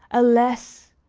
alas!